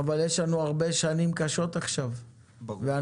אבל יש לנו הרבה שנים קשות עכשיו ואנחנו